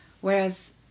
Whereas